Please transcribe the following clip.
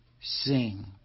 Sing